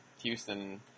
Houston